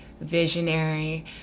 visionary